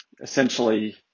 Essentially